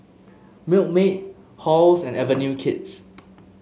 Milkmaid Halls and Avenue Kids